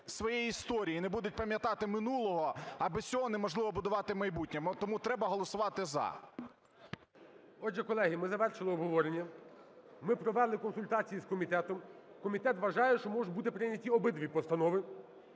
своєї історії, не будуть пам'ятати минулого, а без цього неможливо будувати майбутнє. Тому треба голосувати "за". ГОЛОВУЮЧИЙ. Отже, колеги, ми завершили обговорення. Ми провели консультації з комітетом. Комітет вважає, що можуть бути прийняті обидві постанови,